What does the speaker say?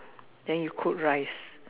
then you cook rice